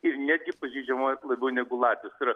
ir netgi pažeidžiama labiau negu latvijos tai yra